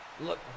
Look